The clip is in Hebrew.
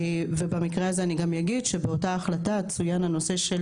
ובמקרה הזה אני גם אגיד שבאותה החלטה צוין הנושא של